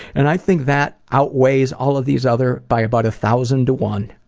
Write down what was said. and i think that outweighs all of these other by about a thousand to one.